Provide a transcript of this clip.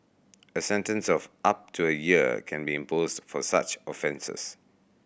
a sentence of up to a year can be imposed for such offences